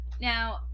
Now